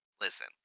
Listen